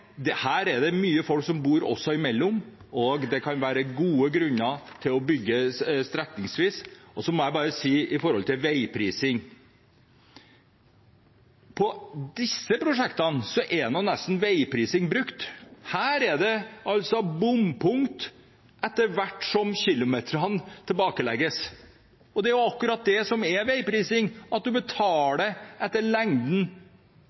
Men her er det mye folk som også bor imellom. Det kan være gode grunner til å bygge strekningsvis. Jeg må bare si til veiprising: På disse prosjektene er nesten veiprising brukt. Her kommer det altså bompunkt etter hvert som kilometerne tilbakelegges. Det er akkurat det som er veiprising, at man betaler etter lengden